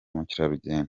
mukerarugendo